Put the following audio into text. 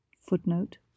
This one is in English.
footnote